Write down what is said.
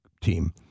team